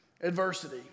Adversity